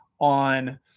on